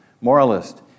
moralist